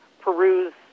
peruse